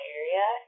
area